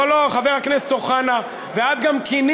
לא, לא, חבר הכנסת אוחנה, ואת גם כינית,